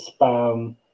spam